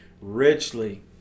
richly